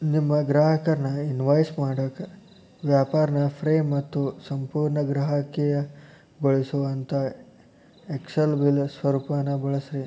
ನಿಮ್ಮ ಗ್ರಾಹಕರ್ನ ಇನ್ವಾಯ್ಸ್ ಮಾಡಾಕ ವ್ಯಾಪಾರ್ನ ಫ್ರೇ ಮತ್ತು ಸಂಪೂರ್ಣ ಗ್ರಾಹಕೇಯಗೊಳಿಸೊಅಂತಾ ಎಕ್ಸೆಲ್ ಬಿಲ್ ಸ್ವರೂಪಾನ ಬಳಸ್ರಿ